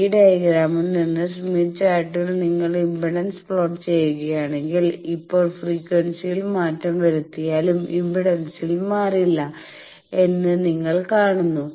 ഈ ഡയഗ്രാമിൽ നിന്ന് സ്മിത്ത് ചാർട്ടിൽ നിങ്ങൾ ഇംപെഡൻസ് പ്ലോട്ട് ചെയ്യുകയാണെങ്കിൽ ഇപ്പോൾ ഫ്രീക്വൻസിയിൽ മാറ്റം വരുത്തിയാലും ഇംപെഡൻസിൽ മാറില്ല എന്ന് നിങ്ങൾ കാണുന്നു